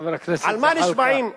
על מה נשבעים?